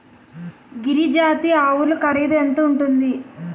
గిరి జాతి ఆవులు ఖరీదు ఎంత ఉంటుంది?